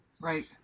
Right